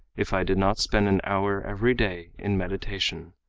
if i did not spend an hour every day in meditation,